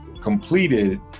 completed